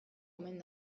omen